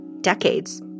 decades